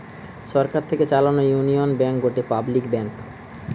সরকার থেকে চালানো Union Bank গটে পাবলিক ব্যাঙ্ক